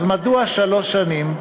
אז מדוע שלוש שנים?